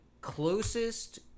closest